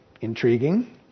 intriguing